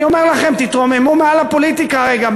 אני אומר לכם, תתרוממו מעל הפוליטיקה רגע.